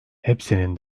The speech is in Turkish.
hepsinin